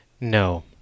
No